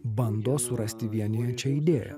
bando surasti vienijančią idėją